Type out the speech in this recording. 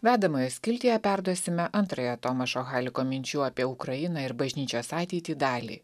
vedamojo skiltyje perduosime antrąją tomašo haliko minčių apie ukrainą ir bažnyčios ateitį dalį